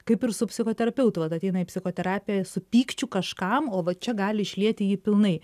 kaip ir su psichoterapeutu vat ateina į psichoterapiją su pykčiu kažkam o va čia gali išlieti jį pilnai